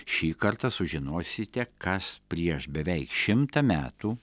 šį kartą sužinosite kas prieš beveik šimtą metų